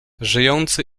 żyjący